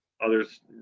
others